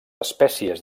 espècies